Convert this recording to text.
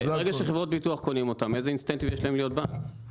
ברגע שחברות הביטוח קונות אותם איזה אינסנטיב יש להם להיות בנק?